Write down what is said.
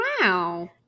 wow